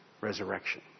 resurrection